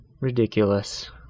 Ridiculous